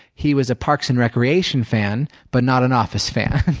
he was a parks and recreation fan but not an office fan.